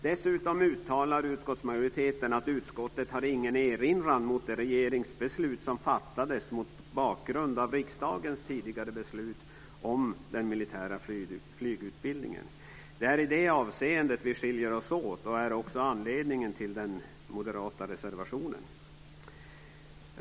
Dessutom uttalar utskottsmajoriteten att utskottet inte har någon erinran mot det regeringsbeslut som fattades mot bakgrund av riksdagens tidigare beslut om den militära flygutbildningen. Det är i det avseendet vi skiljer oss åt, och det är också anledningen till den moderata reservationen. Fru talman!